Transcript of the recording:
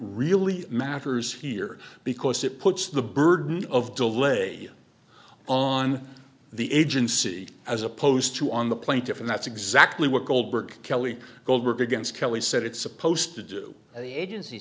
really matters here because it puts the burden of de lay on the agency as opposed to on the plaintiff and that's exactly what goldberg kelley goldberg against kelly said it's supposed to do the agen